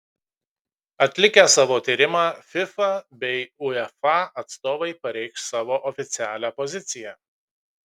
atlikę savo tyrimą fifa bei uefa atstovai pareikš savo oficialią poziciją